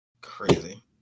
Crazy